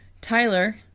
Tyler